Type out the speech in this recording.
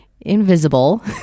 invisible